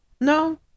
No